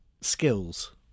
skills